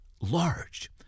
large